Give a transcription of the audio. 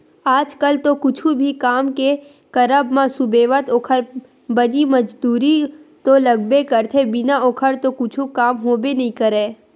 आज कल तो कुछु भी काम के करब म सुबेवत ओखर बनी मजदूरी तो लगबे करथे बिना ओखर तो कुछु काम होबे नइ करय